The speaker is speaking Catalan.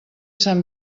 sant